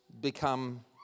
become